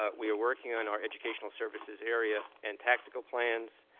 ah we are working on our educational services area and tactical plans,